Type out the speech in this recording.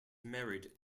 married